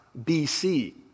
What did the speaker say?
BC